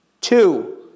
Two